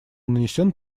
нанесен